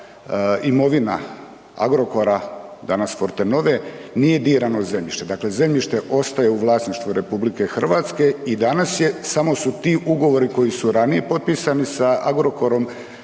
imovina Agrokora, danas Forte Nove, nije dirano zemljište. Dakle zemljište ostaje u vlasništvu RH i danas je, samo su ti ugovori koji su ranije potpisani sa Agrokorom